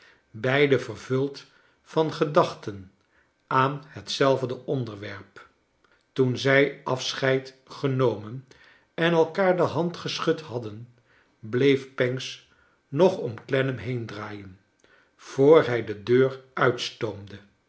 vervuld van gedachten aan hetzelfde onderwerp toen zrj afscheid genomen en elkaar de hand geschud hadden bleef pancks nog om clennam heendraaien voor hij de deur uitstoomde